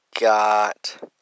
got